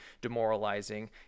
demoralizing